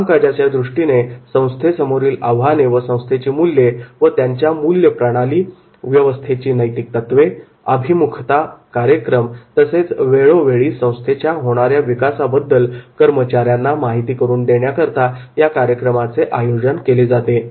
कामकाजाच्यादृष्टीने संस्थेसमोरील आव्हाने व संस्थेची मूल्ये व त्यांची मूल्यप्रणाली व्यवस्थेची नैतिक तत्त्वे अभिमुखता कार्यक्रम तसेच वेळोवेळी संस्थेच्या होणाऱ्या विकासाबद्दलची कर्मचाऱ्यांना माहिती करून देण्याकरता या कार्यक्रमाचे आयोजन केले जाते